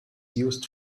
used